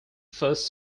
first